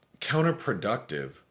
counterproductive